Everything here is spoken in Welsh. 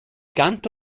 gant